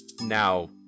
now